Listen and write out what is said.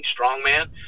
strongman